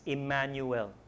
Emmanuel